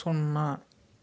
సున్నా